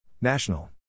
National